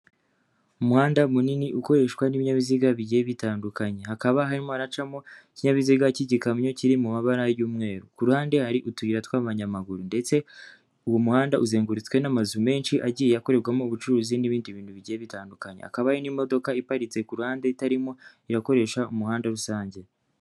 Umuhanda munini ukoreshwa n'ibinyabiziga bigiye bitandukanye, hakaba harimo haracamo ikinyabiziga cy'igikamyo kiri mu mabara y'umweru, ku ruhande hari utuyira tw'ayamaguru ndetse uwo muhanda uzengurutswe n'amazu menshi agiye akorerwamo ubucuruzi n'ibindi bintu bigiye bitandukanye, hakaba n'imodoka iparitse ku ruhande itarimo irakoresha umuhanda rusange.